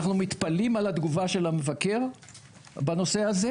אנחנו מתפלאים על התגובה של המבקר בנושא הזה,